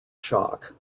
shock